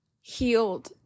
healed